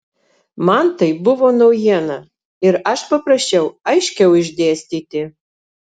man tai buvo naujiena ir aš paprašiau aiškiau išdėstyti